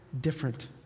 different